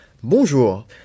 Bonjour